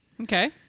Okay